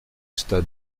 stade